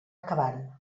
acabant